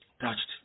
touched